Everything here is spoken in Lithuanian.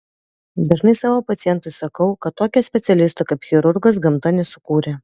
dažnai savo pacientui sakau kad tokio specialisto kaip chirurgas gamta nesukūrė